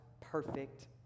perfect